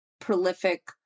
prolific